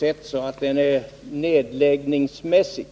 det så att nämnden är nedläggningsmässig.